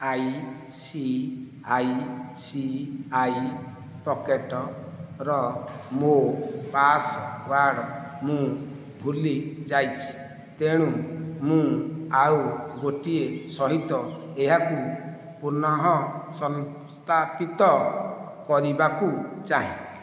ICICI ପକେଟ୍ର ମୋ' password ମୁଁ ଭୁଲି ଯାଇଛି ତେଣୁ ମୁଁ ଆଉ ଗୋଟିଏ ସହିତ ଏହାକୁ ପୁନଃସଂସ୍ଥାପିତ କରିବାକୁ ଚାହେଁ